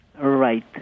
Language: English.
Right